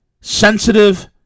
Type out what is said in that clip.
sensitive